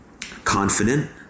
confident